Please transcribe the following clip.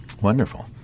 wonderful